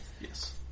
Yes